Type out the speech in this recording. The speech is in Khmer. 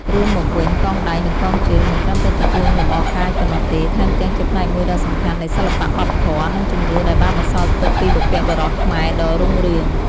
រួមមកវិញ កងដៃ និងកងជើង មិនត្រឹមតែជាគ្រឿងលម្អកាយប៉ុណ្ណោះទេ ថែមទាំងជាផ្នែកមួយដ៏សំខាន់នៃសិល្បៈ វប្បធម៌ និងជំនឿដែលបានបន្សល់ទុកពីបុព្វបុរសខ្មែរដ៏រុងរឿង។